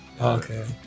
Okay